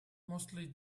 mostly